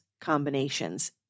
combinations